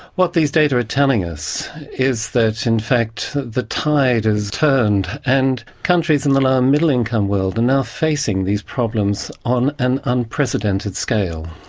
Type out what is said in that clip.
what these data are telling us is that in fact the tide has turned and countries in the lower middle income world are and now facing these problems on an unprecedented scale.